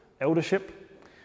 eldership